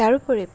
তাৰ উপৰিও